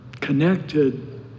connected